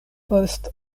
post